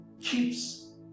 keeps